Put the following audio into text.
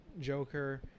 Joker